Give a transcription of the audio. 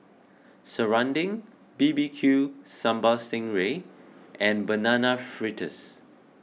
Serunding B B Q Sambal Sting Ray and Banana Fritters